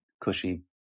cushy